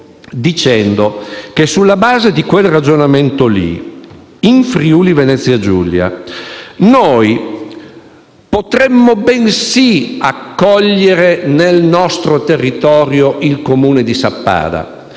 dicendo che, sulla base di quel ragionamento, in Friuli-Venezia Giulia noi potremmo sì accogliere nel nostro territorio il Comune di Sappada,